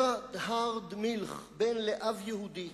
ארהרד מילך, בן לאב יהודי.